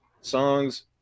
songs